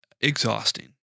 exhausting